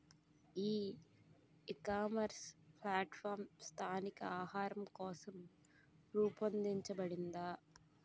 ఈ ecommerce platform స్థానిక ఆహారం కోసం రూపొందించబడిందా?